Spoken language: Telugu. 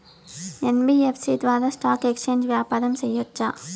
యన్.బి.యఫ్.సి ద్వారా స్టాక్ ఎక్స్చేంజి వ్యాపారం సేయొచ్చా?